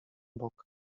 bok